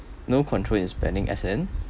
no control in spending as in